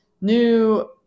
new